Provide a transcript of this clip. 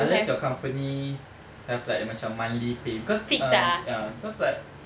unless your company have like macam monthly pay cause uh ya cause like